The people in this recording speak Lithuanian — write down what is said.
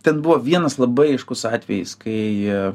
ten buvo vienas labai aiškus atvejis kai